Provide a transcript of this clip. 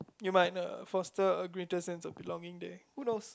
you might uh foster a greater sense of belonging there who knows